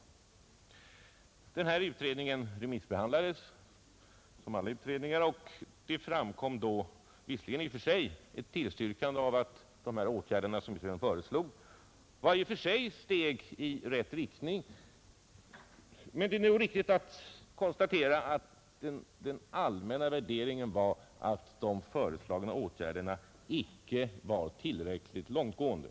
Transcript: Utredningens betänkande remissbehandlades som alla andra utredningars och det framkom då visserligen ett tillstyrkande av att de åtgärder som utredningen föreslog — man ansåg att de i och för sig var ett steg i rätt riktning — men det är nog riktigt att konstatera att den allmänna värderingen var att de föreslagna åtgärderna icke var tillräckligt långtgående.